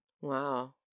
wow